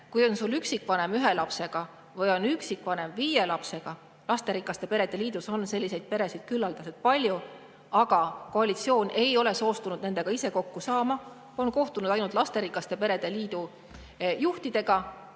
kui on sul üksikvanem ühe lapsega või on üksikvanem viie lapsega. Lasterikaste perede liidus on selliseid peresid palju, aga koalitsioon ei ole soostunud nendega kokku saama. Nad on kohtunud ainult lasterikaste perede liidu juhtidega,